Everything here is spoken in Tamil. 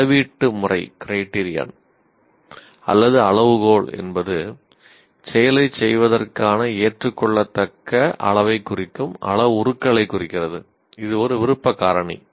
அளவீட்டு முறை அல்லது அளவுகோல் என்பது செயலைச் செய்வதற்கான ஏற்றுக்கொள்ளத்தக்க அளவைக் குறிக்கும் அளவுருக்களைக் குறிக்கிறது இது ஒரு விருப்ப காரணி